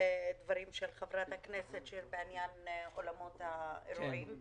לדברים של חברת הכנסת בעניין אולמות האירועים.